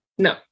No